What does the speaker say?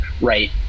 right